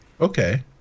okay